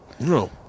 no